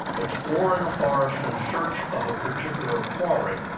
exploring a forest in search of a particular quarry,